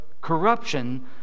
corruption